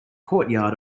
courtyard